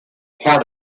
part